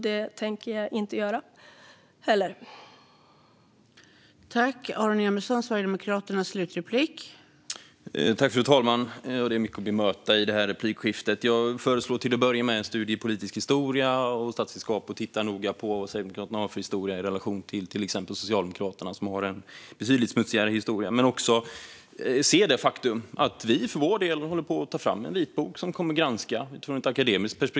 Det tänker jag inte heller göra.